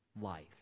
life